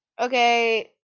okay